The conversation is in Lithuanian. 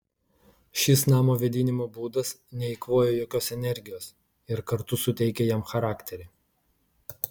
šis namo vėdinimo būdas neeikvoja jokios energijos ir kartu suteikia jam charakterį